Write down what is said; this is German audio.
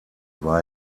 war